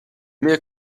mir